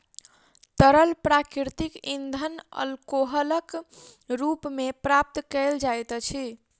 तरल प्राकृतिक इंधन अल्कोहलक रूप मे प्राप्त कयल जाइत अछि